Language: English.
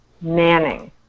manning